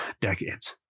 decades